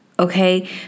Okay